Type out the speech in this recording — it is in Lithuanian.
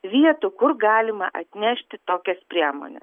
vietų kur galima atnešti tokias priemones